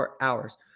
hours